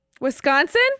Wisconsin